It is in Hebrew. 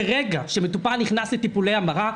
מרגע שמטופל נכנס לטיפולי המרה,